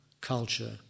culture